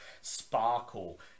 sparkle